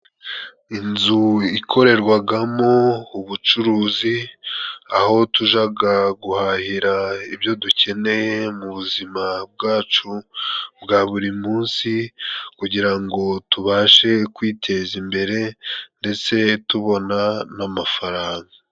Inzu ikorerwagamo ubucuruzi, aho tujaga guhahira ibyo dukeneye mu buzima bwacu bwa buri munsi, kugira ngo tubashe kwiteza imbere ndetse tubona n'amafaranga.